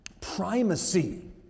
primacy